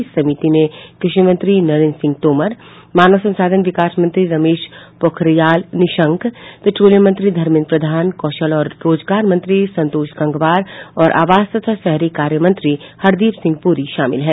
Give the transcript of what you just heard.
इस समिति ने कृषि मंत्री नरेंद्र सिंह तोमर मानव संसाधन विकास मंत्री रमेश पोखरियाल निशंक पेट्रोलियम मंत्री धर्मेंद्र प्रधान कौशल और रोजगार मंत्री संतोष गंगवार और आवास तथा शहरी कार्य मंत्री हरदीप सिंह प्री शमिल हैं